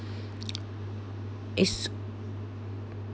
is